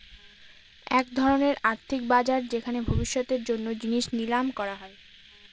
এক ধরনের আর্থিক বাজার যেখানে ভবিষ্যতের জন্য জিনিস নিলাম করা হয়